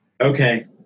okay